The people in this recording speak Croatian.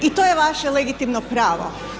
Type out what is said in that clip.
I to je vaše legitimno pravo.